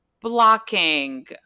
blocking